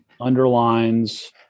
underlines